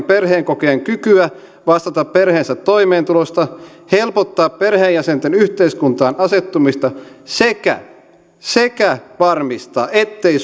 perheenkokoajien kykyä vastata perheensä toimeentulosta helpottaa perheenjäsenten yhteiskuntaan asettumista sekä sekä varmistaa ettei